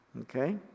Okay